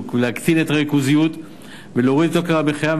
ולהקטין את הריכוזיות ולהוריד את יוקר המחיה.